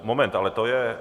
Moment, ale to je...